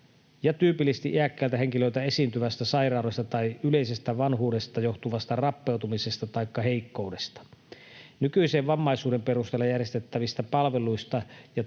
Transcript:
ja tyypillisesti iäkkäillä henkilöillä esiintyvästä sairaudesta tai yleisestä vanhuudesta johtuvasta rappeutumisesta taikka heikkoudesta. Nykyiseen vammaisuuden perusteella järjestettävistä palveluista